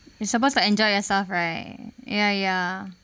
you supposed to enjoy yourself right ya ya